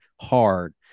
hard